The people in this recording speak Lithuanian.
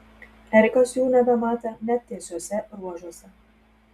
erikas jų nebematė net tiesiuose ruožuose